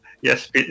Yes